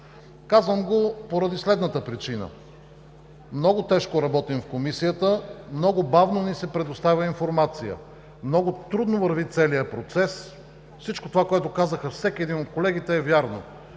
Казвам го поради следната причина. Много тежко работим в Комисията, много бавно ни се предоставя информация, много трудно върви целия процес. Всичко това, което всеки един от колегите каза, е вярно.